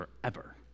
forever